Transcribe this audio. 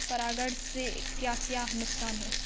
परागण से क्या क्या नुकसान हैं?